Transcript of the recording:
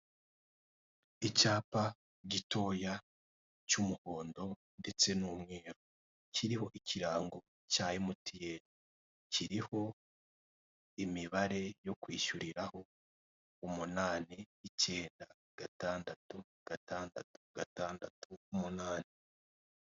Icyapa gitoya cy'umuhondo ndetse n'umweru kiriho ikiranga cya emutiyeni kiriho imibare yo kwishyuriraho umunani icyenda gatandatu gatandatu gatandatu umunani.